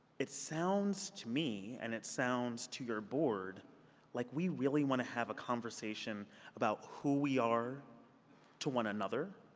it sounds to me, and it sounds to your board like we really want to have a conversation about who we are to one another,